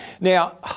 Now